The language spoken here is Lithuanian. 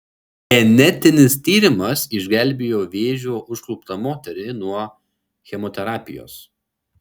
genetinis tyrimas išgelbėjo vėžio užkluptą moterį nuo chemoterapijos